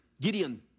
Gideon